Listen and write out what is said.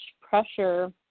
pressure